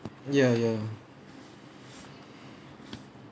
ya ya